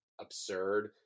absurd